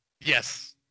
Yes